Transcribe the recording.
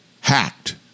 hacked